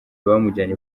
bamujyana